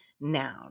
noun